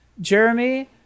Jeremy